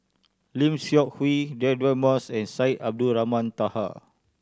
Lim Seok Hui Deirdre Moss and Syed Abdulrahman Taha